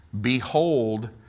Behold